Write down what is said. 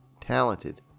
talented